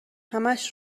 همش